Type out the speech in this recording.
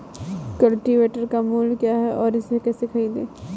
Cultivator का मूल्य क्या है और इसे कैसे खरीदें?